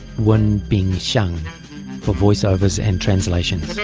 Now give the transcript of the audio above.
wen bing-xiang for voice overs and translations.